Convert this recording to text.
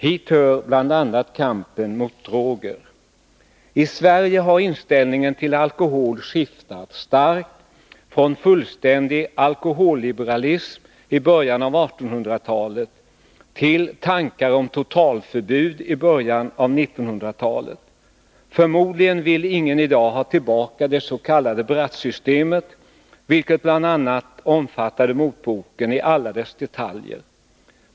Hit hör bl.a. kampen mot droger. I Sverige har inställningen till alkohol skiftat starkt — från fullständig ”alkoholliberalism” i början av 1800-talet till tankar om totalförbud i början av 1900-talet. Förmodligen vill ingen i dag ha tillbaka dets.k. Brattsystemet, vilket bl.a. omfattade motboken, i alla dess detaljer.